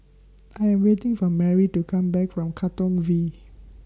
I Am waiting For Merry to Come Back from Katong V